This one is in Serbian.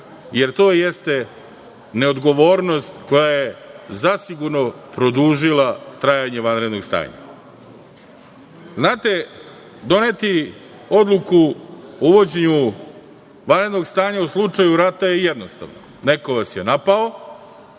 jer to jeste neodgovornost koja je zasigurno produžila trajanje vanrednog stanja. Znate, doneti Odluku o uvođenju vanrednog stanja u slučaju rata je jednostavno. Neko vas je napao